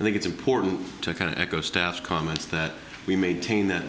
i think it's important to kind of echo staff comments that we maintain that